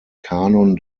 kanon